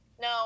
No